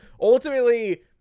Ultimately